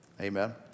Amen